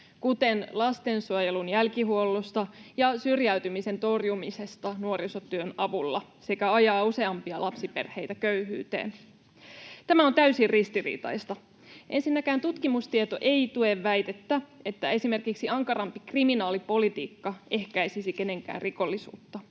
kuten lastensuojelun jälkihuollosta ja syrjäytymisen torjumisesta nuorisotyön avulla, sekä ajaa useampia lapsiperheitä köyhyyteen. Tämä on täysin ristiriitaista. Ensinnäkään tutkimustieto ei tue väitettä, että esimerkiksi ankarampi kriminaalipolitiikka ehkäisisi kenenkään rikollisuutta.